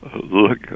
look